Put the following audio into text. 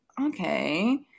okay